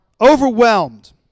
overwhelmed